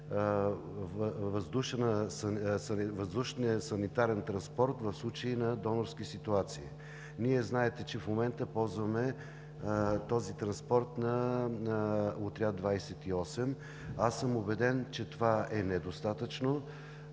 въздушен санитарен транспорт в случаи на донорски ситуации. Вие знаете, че в момента ползваме този транспорт на Авиоотряд 28. Аз съм убеден, че това е недостатъчно,